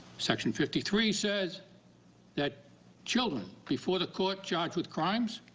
section fifty three says that children before the court charged with crimes